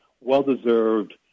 well-deserved